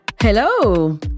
Hello